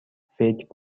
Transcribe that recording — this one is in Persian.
فکر